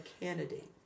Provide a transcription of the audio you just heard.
candidate